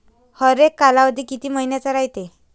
हरेक कालावधी किती मइन्याचा रायते?